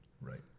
Right